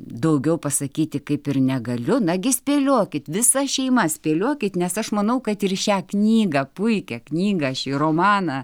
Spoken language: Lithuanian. daugiau pasakyti kaip ir negaliu nagi spėliokit visa šeima spėliokit nes aš manau kad ir šią knygą puikią knygą šį romaną